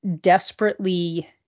desperately